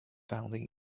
founding